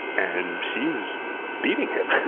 and she's beating him.